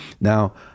Now